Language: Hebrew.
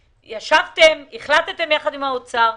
ישבתם, החלטתם ביחד עם האוצר.